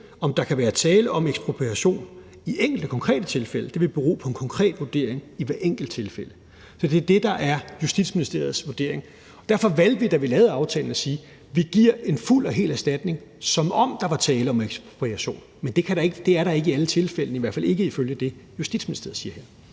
om der kan være tale om ekspropriation i enkelte konkrete tilfælde, vil bero på en konkret vurdering i hvert enkelt tilfælde. Det er det, der er Justitsministeriets vurdering. Derfor valgte vi, da vi lavede aftalen, at sige, at vi giver en fuld og hel erstatning, som om der var tale om ekspropriation, men det er der ikke i alle tilfælde – i hvert fald ikke ifølge det, Justitsministeriet siger.